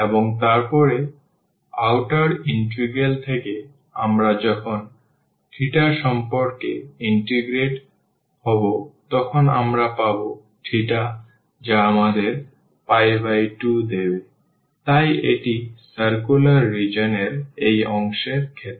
এবং তারপরে outer integral থেকে আমরা যখন সম্পর্কে ইন্টিগ্রেট হব তখন আমরা পাব যা আমাদের 2 দেবে তাই এটি সার্কুলার রিজিওন এর এই অংশের ক্ষেত্র